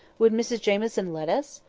would mrs jamieson let us?